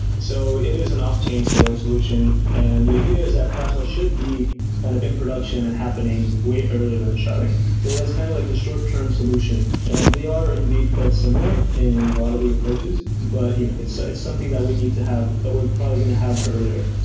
so it is an off chain scaling solution, and the idea is that plasma should be kind of in production and happening way earlier than and sharding. so that's kind of like the short term solution, and they are indeed quite similar in a lot of the approaches, but you know it's ah it's something that we need to have that we're probably going to have earlier.